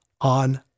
on